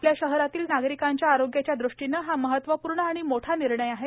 आपल्या शहरातील नागरिकांच्या आरोग्याच्या दृष्टीने हा महत्वपूर्ण आणि मोठा निर्णय आहे